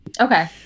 Okay